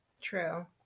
True